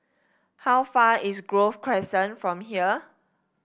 how far is Grove Crescent from here